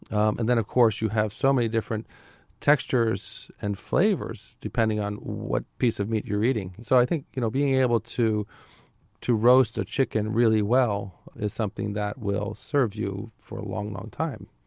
and then, of course, you have so many different textures and flavors depending on what piece of meat you're eating. so i think you know being able to to roast a chicken really well is something that will serve you for a long, long time.